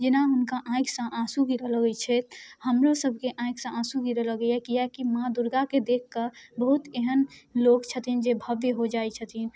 जेना हुनका आँखिसँ आँसू गिरऽ लगै छै हमरोसबके आँखिसँ आँसू गिरऽ लगैए किएकि कि माँ दुर्गाके देखिकऽ बहुत एहन लोक छथिन जे भव्य हो जाइ छथिन